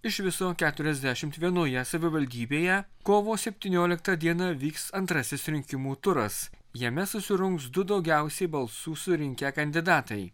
iš viso keturiasdešim vienoje savivaldybėje kovo septynioliktą dieną vyks antrasis rinkimų turas jame susirungs du daugiausiai balsų surinkę kandidatai